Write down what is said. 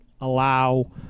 allow